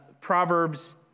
Proverbs